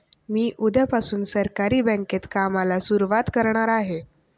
मी उद्यापासून सहकारी बँकेत कामाला सुरुवात करणार आहे